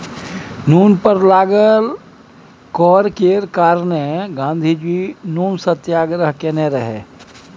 नुन पर लागल कर केर कारणेँ गाँधीजी नुन सत्याग्रह केने रहय